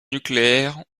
nucléaires